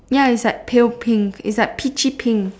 ya is like pale pink is peachy pink